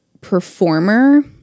performer